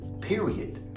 period